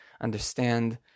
understand